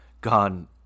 gone